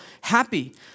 happy